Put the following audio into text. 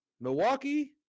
Milwaukee